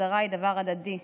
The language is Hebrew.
הסדרה היא דבר הדדי.